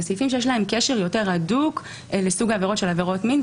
אלה סעיפים שיש להם קשר יותר הדוק לסוג העבירות שהן עבירות מין.